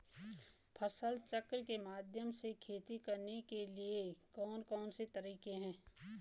फसल चक्र के माध्यम से खेती करने के लिए कौन कौन से तरीके हैं?